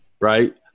Right